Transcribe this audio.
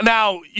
Now